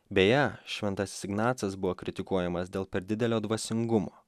beje šventasis ignacas buvo kritikuojamas dėl per didelio dvasingumo